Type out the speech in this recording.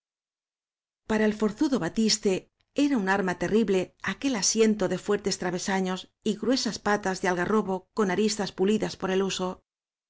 para el forzudo batiste era una arma te rrible aquel asiento de fuertes travesaños y gruesas patas de algarrobo con aristas pulidas por el uso